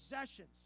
possessions